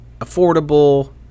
affordable